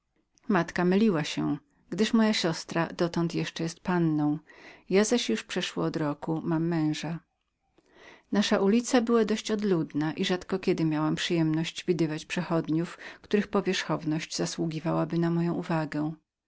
matka myliła się gdyż moja siostra dotąd jeszcze jest panną ja zaś już przeszło od roku mam męża nasza ulica była bardzo pustą i rzadko kiedy miałam przyjemność widzenia przechodzących których powierzchowność mogłaby zwrócić moją uwagę